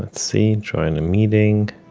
let's see. join a meeting.